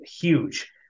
huge